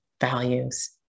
values